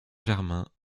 germain